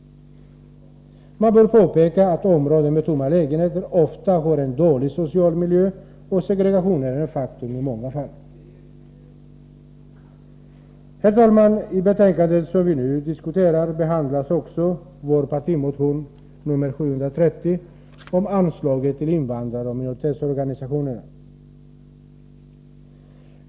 Man bör framhålla att områden med tomma lägenheter ofta har en dålig social miljö. I många fall är segregationen ett faktum. Herr talman! I det betänkande som vi nu diskuterar behandlas även vår partimotion 730 om anslag till invandraroch minoritetsorganisationerna.